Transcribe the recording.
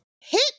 hit